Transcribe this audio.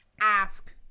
ask